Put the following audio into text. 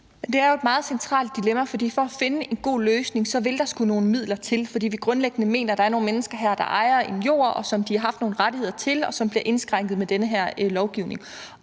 det er jo et meget centralt dilemma. For for at finde en god løsning vil der så skulle nogle midler til, fordi vi grundlæggende mener, at der her er nogle mennesker, der ejer noget jord, som de har haft nogle rettigheder til, som bliver indskrænket med den her lovgivning.